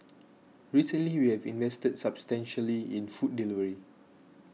recently we have invested substantially in food delivery